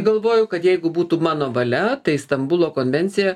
galvoju kad jeigu būtų mano valia tai stambulo konvencija